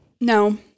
No